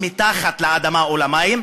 הם מתחת לאדמה או למים,